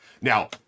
now